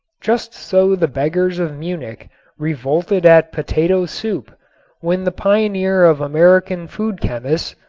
just so the beggars of munich revolted at potato soup when the pioneer of american food chemists,